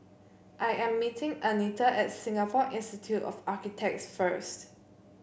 I am meeting Anita at Singapore Institute of Architects first